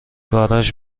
گاراژ